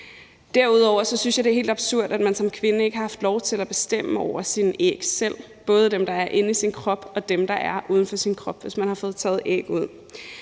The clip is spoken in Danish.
derudover synes, at det er helt absurd, at man som kvinde ikke har haft lov til at bestemme over sine æg selv, både dem, der er inde i ens krop, og dem, der er uden for ens krop, hvis man har fået taget æg ud.